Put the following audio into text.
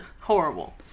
Horrible